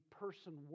person